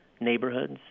neighborhoods